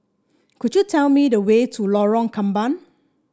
could you tell me the way to Lorong Kembang